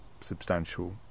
substantial